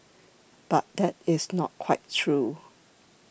but that is not quite true